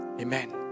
amen